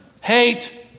hate